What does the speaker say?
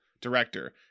director